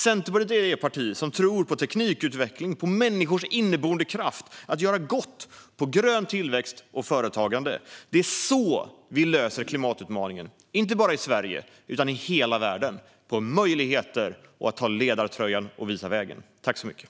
Centerpartiet är det parti som tror på teknikutveckling, på människors inneboende kraft att göra gott och på grön tillväxt och företagande. Det är så vi klarar klimatutmaningen, inte bara i Sverige utan i hela världen - genom möjligheter och genom att ta ledartröjan och visa vägen.